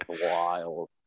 wild